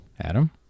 Adam